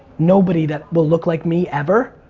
nobody that will look like me ever,